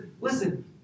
listen